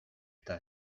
eta